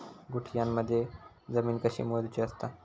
गुंठयामध्ये जमीन कशी मोजूची असता?